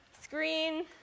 screen